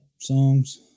songs